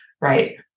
right